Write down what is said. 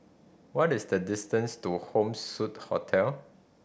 what is the distance to Home Suite Hotel